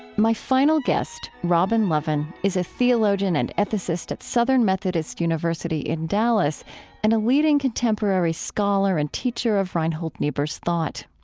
my final guest, robin lovin, is a theologian and ethicist at southern methodist university in dallas and a leading, contemporary scholar and teacher of reinhold niebuhr's thought.